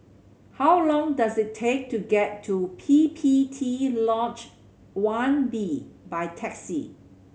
how long does it take to get to P P T Lodge One B by taxi